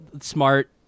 smart